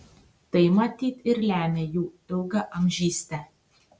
tai matyt ir lemia jų ilgaamžystę